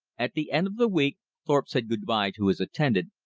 at the end of the week thorpe said good-by to his attendant,